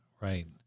right